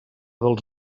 dels